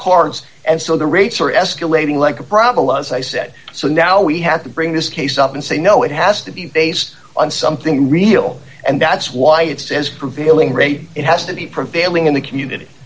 cards and so the rates are escalating like a problem as i said so now we have to bring this case up and say no it has to be based on something real and that's why it says prevailing rate it has to be prevailing in the community